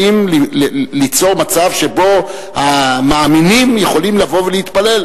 באים ליצור מצב שבו המאמינים יכולים לבוא ולהתפלל,